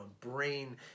brain